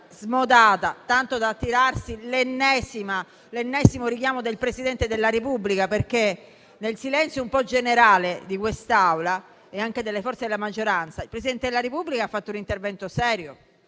smodata tanto da attirarsi l'ennesimo richiamo del Presidente della Repubblica. Nel silenzio un po' generale di quest'Aula e anche delle forze della maggioranza, il Presidente della Repubblica ha fatto un intervento serio